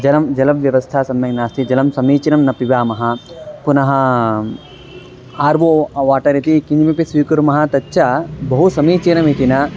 जलं जलव्यवस्था सम्यक् नास्ति जलं समीचीनं न पिबामः पुनः आरो वाटर् इति किमपि स्वीकुर्मः तच्च बहु समीचीनमिति न